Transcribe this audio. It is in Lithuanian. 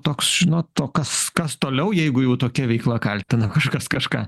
toks nu to kas kas toliau jeigu jau tokia veikla kaltina kažkas kažką